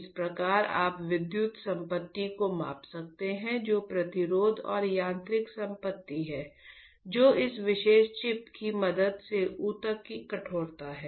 इस प्रकार आप विद्युत संपत्ति को माप सकते हैं जो प्रतिरोध और यांत्रिक संपत्ति है जो इस विशेष चिप की मदद से ऊतक की कठोरता है